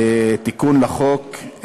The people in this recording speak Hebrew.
תיקון לחוק,